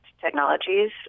technologies